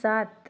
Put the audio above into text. सात